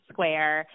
Square